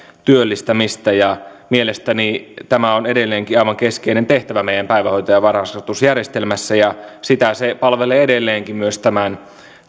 työllistämistä ja mielestäni tämä on edelleenkin aivan keskeinen tehtävä meidän päivähoito ja varhaiskasvatusjärjestelmässä ja sitä se palvelee edelleenkin myös tämän